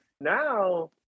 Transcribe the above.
now